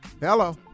Hello